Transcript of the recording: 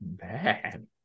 Man